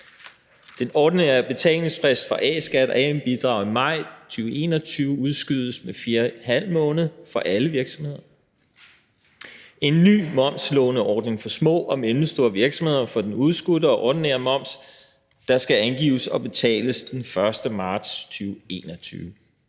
Den ordinære betalingsfrist for A-skat og AM-bidrag i maj 2021 udskydes med 4½ måned for alle virksomheder. Der er en ny momslåneordning for små og mellemstore virksomheder for den udskudte og ordinære moms, der skal angives og betales den 1. marts 2021.